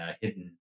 hidden